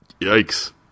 Yikes